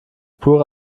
pure